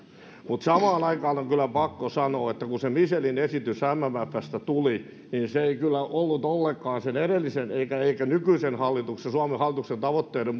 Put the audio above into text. samaan aikaan on kyllä pakko sanoa että kun se michelin esitys mffstä tuli se ei kyllä ollut ollenkaan edellisen eikä eikä nykyisen suomen hallituksen tavoitteiden